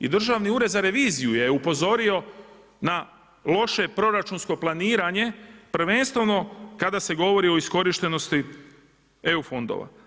I Državni ured za reviziju je upozorio na loše proračunsko planiranje prvenstveno kada se govori o iskorištenosti EU fondova.